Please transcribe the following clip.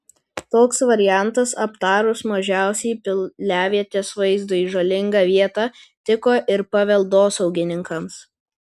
toks variantas aptarus mažiausiai piliavietės vaizdui žalingą vietą tiko ir paveldosaugininkams